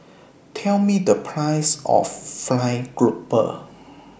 Tell Me The Price of Fried Grouper